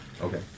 Okay